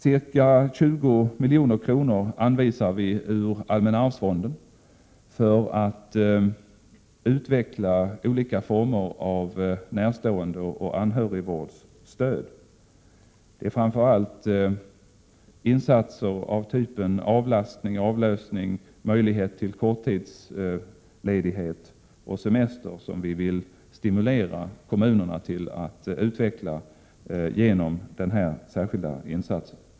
Ca 20 milj.kr. anvisar vi ur Allmänna arvsfonden för att utveckla olika former av närståendeoch anhörigvårdsstöd. Det är framför allt insatserna av typen avlastning, avlösning, möjlighet till korttidsledighet och semester som vi vill stimulera kommunerna till att utveckla genom den här särskilda insatsen.